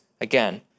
again